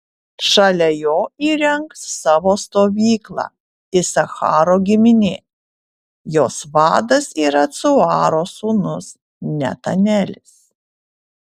šalia jo įrengs savo stovyklą isacharo giminė jos vadas yra cuaro sūnus netanelis